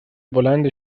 بلند